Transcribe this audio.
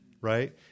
right